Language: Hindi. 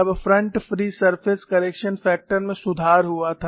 तब front free surface correction factor में सुधार हुआ था